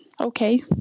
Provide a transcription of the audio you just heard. Okay